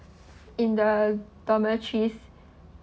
in the dormitories